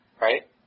Right